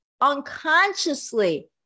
unconsciously